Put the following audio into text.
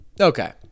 Okay